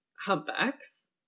humpbacks